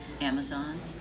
Amazon